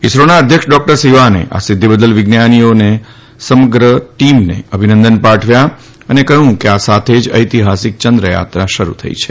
ઇસરોના અધ્યક્ષ ડોકટર સિવાને આ સિદ્ધિ બદલ વિજ્ઞાનીઓની સમગ્ર ટીમને અભિનંદન પાઠવ્યા અને કહ્યું કે આ સાથે જ ઐતિહાસિક ચંદ્રયાત્રા શરૂ થઇ છે